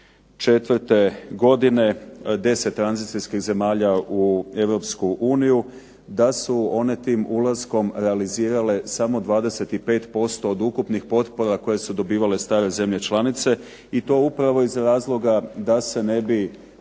u 2004. godine deset tranzicijskih zemalja u Europsku uniju da su one tim ulaskom realizirale samo 25% od ukupnih potpora koje su dobivale stare zemlje članice i to upravo iz razloga da se ne bi